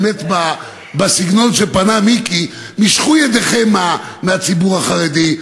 באמת בסגנון שפנה מיקי: משכו ידיכם מהציבור החרדי,